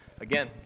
Again